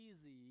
easy